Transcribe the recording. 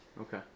Okay